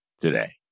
today